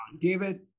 David